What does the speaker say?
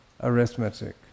arithmetic